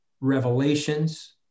revelations